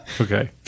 Okay